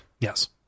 Yes